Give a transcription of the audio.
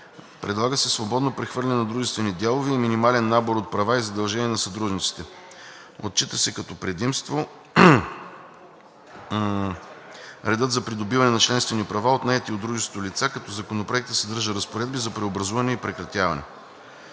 предлага се свободно прехвърляне на дружествени дялове и минимален набор от права и задължения на съдружниците. Отчита се като предимство редът за придобиване на членствени права от наети от дружеството лица, като Законопроектът съдържа разпоредби за преобразуване и прекратяване.